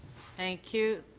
thank you.